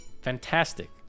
fantastic